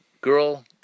girl